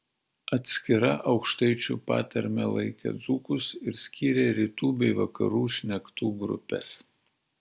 atskira aukštaičių patarme laikė dzūkus ir skyrė rytų bei vakarų šnektų grupes